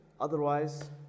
otherwise